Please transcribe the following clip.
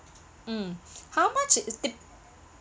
mm how much it's th~